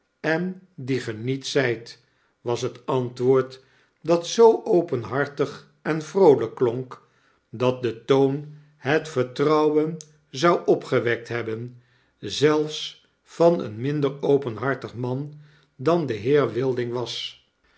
en die ge niet zijt was het antwoord dat zoo openhartig en vroolp klonk dat de toon het vertrouwen zou opgewekt hebben zelfs van een minder openhartig man dan de heer wilding was